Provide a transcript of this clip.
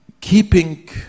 keeping